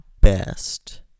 best